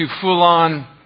full-on